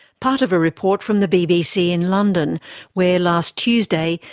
part of a report from the bbc in london where, last tuesday,